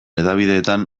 hedabideetan